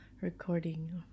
recording